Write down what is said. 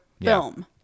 film